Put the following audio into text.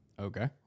Okay